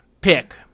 pick